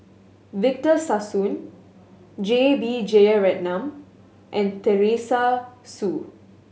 Victor Sassoon J B Jeyaretnam and Teresa Hsu